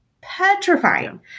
petrifying